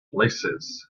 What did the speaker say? places